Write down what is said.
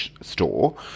store